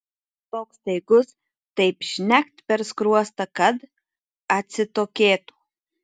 toks staigus taip žnekt per skruostą kad atsitokėtų